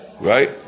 right